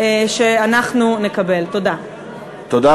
אדוני